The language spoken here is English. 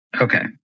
Okay